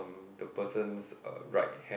um the person's uh right hand